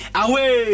away